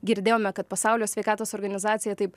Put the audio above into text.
girdėjome kad pasaulio sveikatos organizacija taip